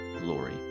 glory